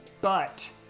but-